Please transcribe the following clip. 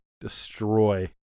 destroy